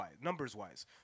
numbers-wise